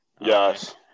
Yes